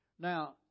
Now